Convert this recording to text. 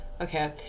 Okay